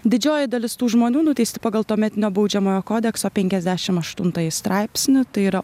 didžioji dalis tų žmonių nuteisti pagal tuometinio baudžiamojo kodekso penkiasdešim aštuntąjį straipsnį tai yra